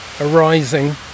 arising